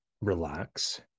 relax